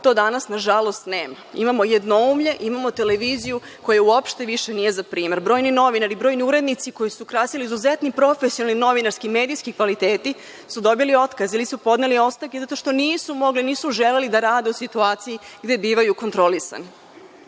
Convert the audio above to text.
To danas nažalost nema, imamo jednoumlje, imamo televiziju koja uopšte više nije za primer. Brojni novinari, brojni urednici koje su krasili izuzetni profesionalni, novinarski, medijski kvaliteti su dobili otkaz ili podneli ostavke zato što nisu mogli, nisu želeli da rade u situaciji gde bivaju kontrolisani. Takođe,